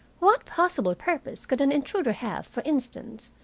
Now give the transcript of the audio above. what possible purpose could an intruder have, for instance,